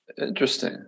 Interesting